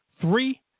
three